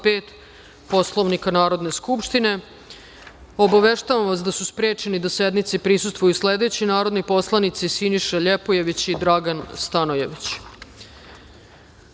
5. Poslovnika Narodne skupštine. Obaveštavam vas da su sprečeni da sednici prisustvuju sledeći narodni poslanici: Siniša Ljepojević i Dragan Stanojević. Saglasno